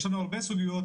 יש הרבה סוגיות,